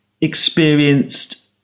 experienced